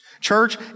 Church